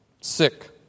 Sick